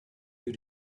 you